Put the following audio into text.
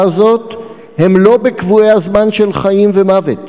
הזאת הם לא בקבועי הזמן של חיים ומוות.